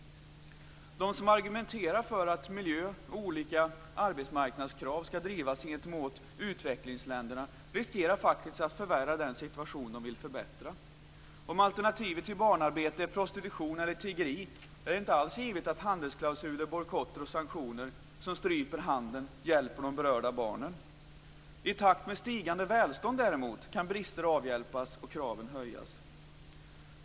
De som argumenterar för att miljö och olika arbetsmarknadskrav skall drivas gentemot utvecklingsländerna riskerar faktiskt att förvärra den situation de vill förbättra. Om alternativet till barnarbete är prostitution eller tiggeri är det inte alls givet att handelsklausuler, bojkotter och sanktioner, som stryper handeln, hjälper de berörda barnen. I takt med stigande välstånd däremot kan brister avhjälpas och kraven höjas.